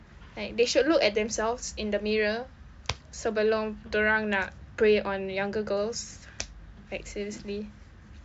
like they should look at themselves in the mirror sebelum dia orang nak prey on younger girls like seriously